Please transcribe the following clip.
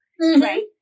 right